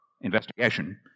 investigation